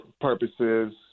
purposes